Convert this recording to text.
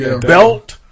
Belt